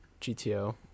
gto